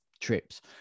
trips